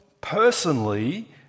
personally